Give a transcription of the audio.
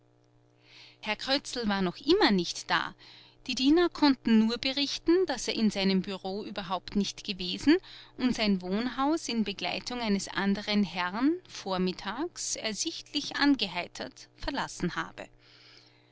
herr krötzl war noch immer nicht da die diener konnten nur berichten daß er in seinem bureau überhaupt nicht gewesen und sein wohnhaus in begleitung eines anderen herrn vormittags ersichtlich angeheitert verlassen habe